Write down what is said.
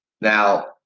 Now